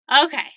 Okay